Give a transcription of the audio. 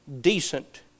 decent